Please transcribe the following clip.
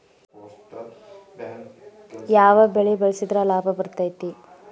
ಯಾವ ಬೆಳಿ ಬೆಳ್ಸಿದ್ರ ಲಾಭ ಬರತೇತಿ?